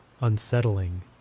unsettling